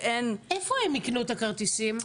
איפה הם ייקנו את הכרטיסים?